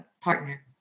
partner